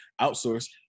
outsource